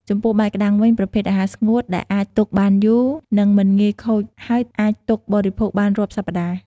ចំពោះបាយក្ដាំងវិញ ប្រភេទអាហារស្ងួតដែលអាចទុកបានយូរ នេងមិនងាយខូចហើយអាចទុកបរិភោគបានរាប់សប្តាហ៍។ ។